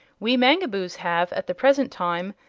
we mangaboos have, at the present time,